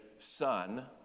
son